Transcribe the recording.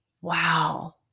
wow